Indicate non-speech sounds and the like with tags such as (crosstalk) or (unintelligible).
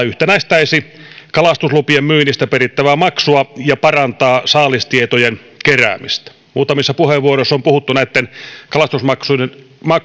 (unintelligible) yhtenäistäisi kalastuslupien myynnistä perittävää maksua ja parantaisi saalistietojen keräämistä muutamissa puheenvuoroissa on puhuttu näitten kalastusmaksujen